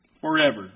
forever